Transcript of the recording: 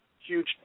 huge